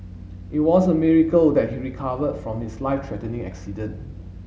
it was a miracle that he recovered from his life threatening accident